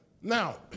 Now